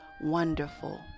wonderful